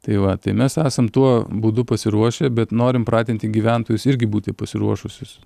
tai va tai mes esam tuo būdu pasiruošę bet norim pratinti gyventojus irgi būti pasiruošusius